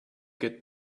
get